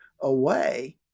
away